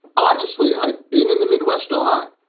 honestly, i've been in the midwest a lot.